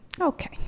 Okay